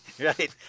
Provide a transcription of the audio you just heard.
Right